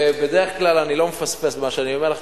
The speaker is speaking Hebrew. בדרך כלל אני לא מפספס במה שאני אומר לך,